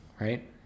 right